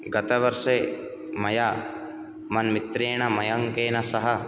गत वर्षे मया मन्मित्रेण मयङ्केन सह